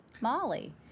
Molly